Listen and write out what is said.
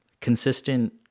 consistent